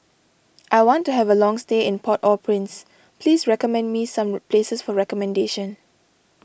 I want to have a long stay in Port Au Prince please recommend me some places for accommodation